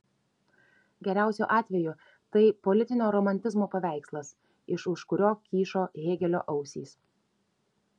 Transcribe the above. geriausiu atveju tai politinio romantizmo paveikslas iš už kurio kyšo hėgelio ausys